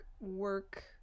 work